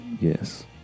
Yes